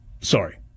Sorry